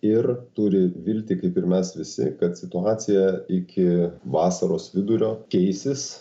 ir turi viltį kaip ir mes visi kad situacija iki vasaros vidurio keisis